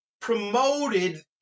promoted